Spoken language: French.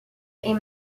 est